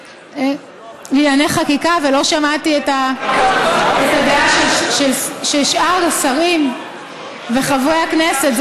לענייני חקיקה ולא שמעתי את הדעה של שאר השרים וחברי הכנסת.